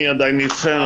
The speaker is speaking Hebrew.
אני עדיין אתכם,